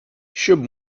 щоб